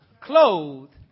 clothed